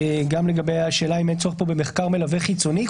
וגם השאלה האם אין צורך פה במחקר מלווה חיצוני,